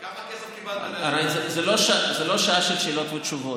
כמה כסף קיבלת, זה לא שעה של שאלות ותשובות.